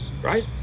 Right